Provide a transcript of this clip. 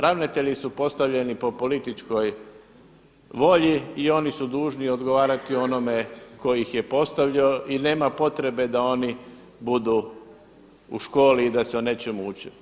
Ravnatelji su postavljeni po političkoj volji i oni su dužni odgovarati onome tko ih je postavljao i nema potrebe da oni budu u školi i da se nečemu uče.